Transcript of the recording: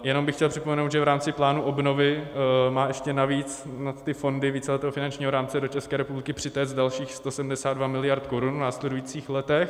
Jenom bych chtěl připomenout, že v rámci plánu obnovy má ještě navíc nad ty fondy víceletého finančního rámci do České republiky přitéct dalších 172 miliard korun v následujících letech.